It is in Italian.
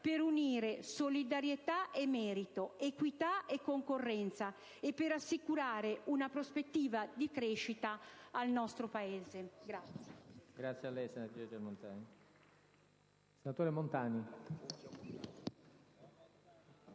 per unire solidarietà e merito, equità e concorrenza, per assicurare una prospettiva di crescita al nostro Paese.